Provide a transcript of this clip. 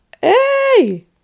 hey